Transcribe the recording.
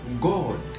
God